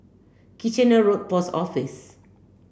Kitchener Road Post Office